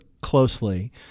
closely